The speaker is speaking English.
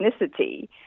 ethnicity